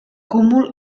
cúmul